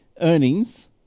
earnings